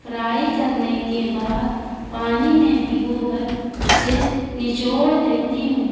fry کرنے کے بعد پانی میں بھگو کر اسے نچوڑ لیتی ہوں